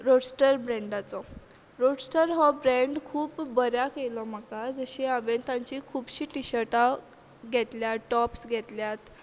roadster ब्रँडाचो Roadster हो brand खूब बऱ्याक येयलो म्हाका जशीं हांवेन तांचीं खुबशीं टिशर्टां घेतल्या टॉप्स घेतल्यात